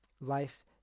life